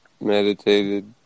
meditated